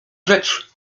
rzecz